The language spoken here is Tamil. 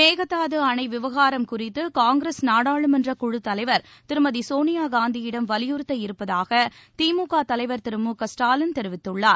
மேகதாதுஅணைவிவகாரம் குறித்துகாங்கிரஸ் நாடாளுமன்றக் தலைவர் குழுத் திருமதிசோனியாகாந்தியிடம் வலியுறுத்த இருப்பதாகதிமுகதலைவர் திரு மு க ஸ்டாலின் தெரிவித்துள்ளார்